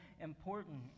important